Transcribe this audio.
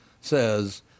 says